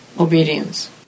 obedience